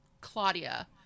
Claudia